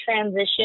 transition